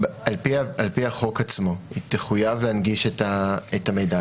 על פי החוק עצמו היא תחויב להנגיש את המידע,